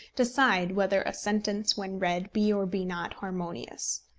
decide whether a sentence, when read, be or be not harmonious.